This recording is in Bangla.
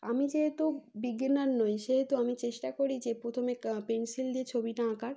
আমি যেহেতু বিগিনার নই সেহেতু আমি চেষ্টা করি যে প্রথমে পেনসিল দিয়ে ছবিটা আঁকার